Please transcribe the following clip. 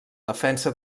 defensa